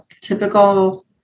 typical